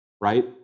right